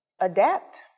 adapt